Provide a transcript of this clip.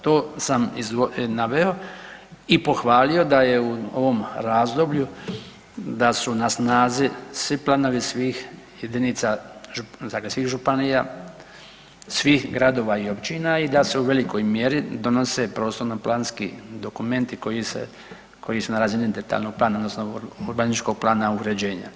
To sam naveo i pohvalio da je u ovom razdoblju da su na snazi svi planovi svih jedinica, dakle svih županija, svih gradova i općina i da su u velikoj mjeri donose prostorno-planski dokumenti koji su na razini detaljnog plana odnosno urbanističkog plana uređenja.